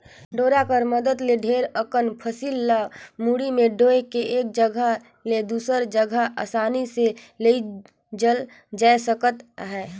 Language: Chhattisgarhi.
डोरा कर मदेत ले ढेरे अकन फसिल ल मुड़ी मे डोएह के एक जगहा ले दूसर जगहा असानी ले लेइजल जाए सकत अहे